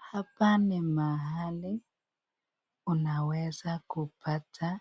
Hapa ni mahali unaweza kupata